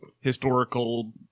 historical